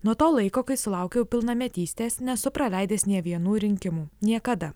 nuo to laiko kai sulaukiau pilnametystės nesu praleidęs nė vienų rinkimų niekada